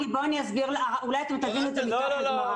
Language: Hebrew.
הרב מרגי, אולי תבין את זה מתוך הגמרא.